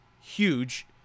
huge